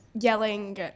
yelling